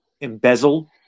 embezzle